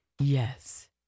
Yes